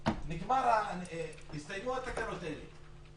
הסתיימו התקנות האלה.